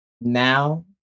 now